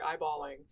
eyeballing